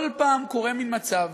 כל פעם קורה מין מצב,